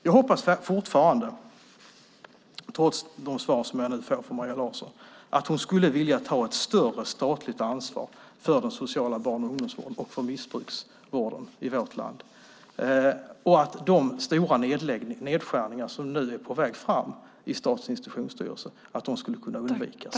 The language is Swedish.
Jag hoppas, trots de svar jag får från Maria Larsson, att hon skulle vilja ta ett större statligt ansvar för den sociala barn och ungdomsvården och för missbrukarvården i vårt land och att de stora nedskärningar som är på väg i Statens institutionsstyrelse skulle kunna undvikas.